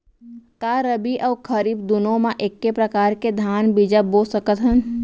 का रबि अऊ खरीफ दूनो मा एक्के प्रकार के धान बीजा बो सकत हन?